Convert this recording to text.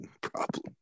problem